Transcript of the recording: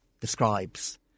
describes